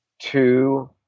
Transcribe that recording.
two